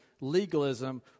legalism